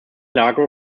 largo